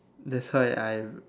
that's why I